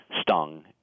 stung